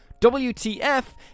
WTF